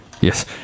yes